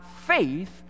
faith